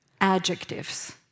adjectives